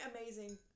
amazing